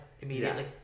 immediately